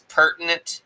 pertinent